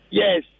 yes